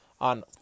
on